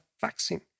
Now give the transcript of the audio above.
vaccine